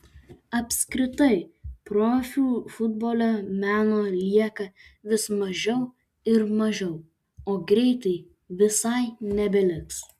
apskritai profių futbole meno lieka vis mažiau ir mažiau o greitai visai nebeliks